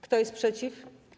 Kto jest przeciw?